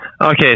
okay